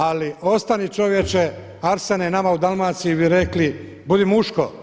Ali ostani čovječe, Arsene nama u Dalmaciji bi rekli budi muško,